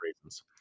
reasons